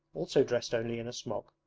also dressed only in a smock,